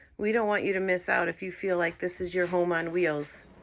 we don't want you to miss out if you feel like this is your home on wheels.